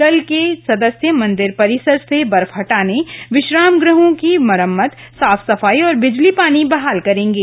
दल के सदस्य मंदिर परिसर से बर्फ हटाने विश्राम गृहों की मरम्मत साफ सफाई और बिजली पानी बहाल करेंगे